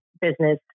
business